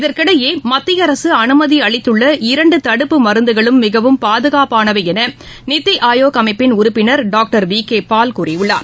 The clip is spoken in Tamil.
இதற்கிடையே மத்தியஅரசுஅனுமதிஅளித்துள்ள இரண்டுதடுப்பு மிகவும் மருந்துகளும் பாதுகாப்பானவைஎனநித்திஆயோக் அமைப்பின் உறுப்பினர் டாக்டர் விகேபால் கூறியுள்ளார்